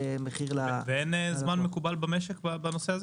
אין זמן מקבל במשק בנושא?